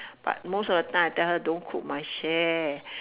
but most of the time I tell her don't cook my share